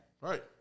Right